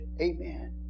Amen